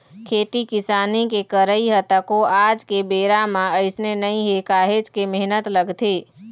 खेती किसानी के करई ह तको आज के बेरा म अइसने नइ हे काहेच के मेहनत लगथे